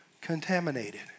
contaminated